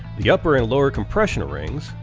the upper and lower compression rings,